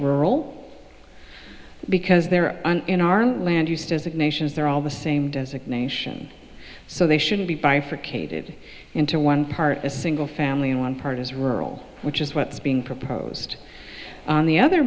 rural because there are in our land used as a nation is there all the same designation so they should be bifurcated into one part a single family and one part is rural which is what's being proposed in the other